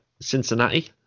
Cincinnati